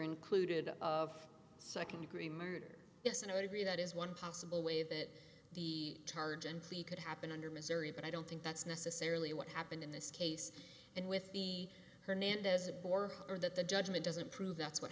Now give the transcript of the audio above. included of second degree murder yes and i would agree that is one possible way that the tar gently could happen under missouri but i don't think that's necessarily what happened in this case and with the hernandez a bore or that the judgment doesn't prove that's what